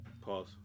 Pause